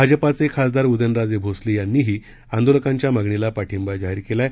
भाजपाचे खासदार उदयनराजे भोसले यांनीही आंदोलकांच्या मागणीला पाठिंबा जाहीर केला आहे